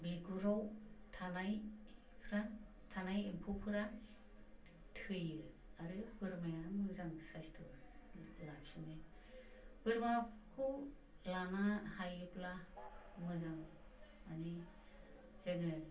बिगुरआव थानायफ्रा थानाय एम्फौफ्रा थैयो आरो बोरमाया मोजां साइसथ' लाफिनो बोरमाखौ लानो हायोब्ला मोजां मानि जोङो